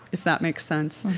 if that makes sense.